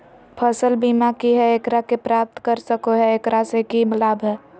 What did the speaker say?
फसल बीमा की है, एकरा के प्राप्त कर सको है, एकरा से की लाभ है?